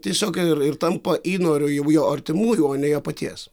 tiesiog ir ir tampa įnoriu jau jo artimųjų o ne jo paties